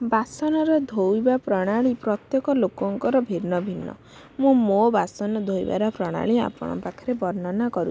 ବାସନର ଧୋଇବା ପ୍ରଣାଳୀ ପ୍ରତ୍ୟେକ ଲୋକଙ୍କର ଭିନ୍ନ ଭିନ୍ନ ମୁଁ ମୋ ବାସନ ଧୋଇବାର ପ୍ରଣାଳୀ ଆପଣଙ୍କ ପାଖରେ ବର୍ଣ୍ଣନା କରୁଛି